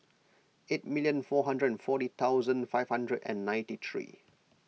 eight minute four hundred and forty thousand five hundred and ninety three